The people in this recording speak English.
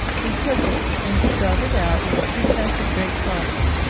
he took it and spelt it out with a pretence of great caution,